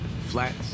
flats